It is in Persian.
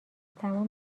تمام